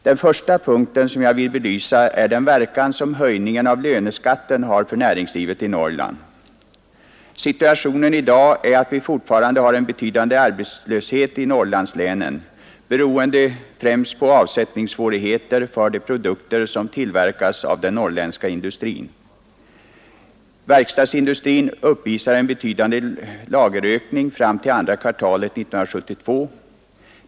Den första punkten som jag här vill belysa är den verkan som höjningen av löneskatten har för näringslivet i Norrland. Situationen i dag är att vi fortfarande har en betydande arbetslöshet i Norrlandslänen, främst beroende på avsättningssvårigheter för de produkter som tillverkas av den norrländska industrin. Verkstadsindustrin uppvisar en betydande lagerökning fram till andra kvartalet 1972.